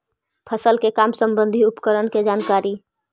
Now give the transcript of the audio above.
फसल के काम संबंधित उपकरण के जानकारी?